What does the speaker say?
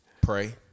Pray